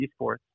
esports